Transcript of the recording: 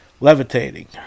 levitating